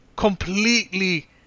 completely